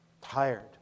Tired